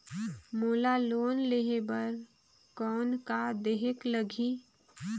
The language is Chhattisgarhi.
मोला लोन लेहे बर कौन का देहेक लगही?